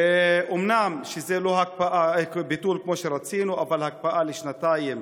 אומנם זה לא ביטול כמו שרצינו, אבל הקפאה לשנתיים